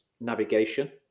navigation